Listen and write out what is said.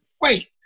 wait